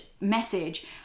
message